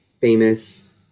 famous